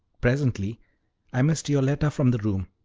presently i missed yoletta from the room,